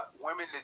women